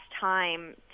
time